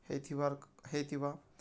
ହେଇଥିବାର୍ ହେଇଥିବା